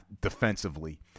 defensively